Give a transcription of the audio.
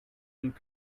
and